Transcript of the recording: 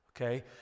Okay